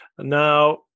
Now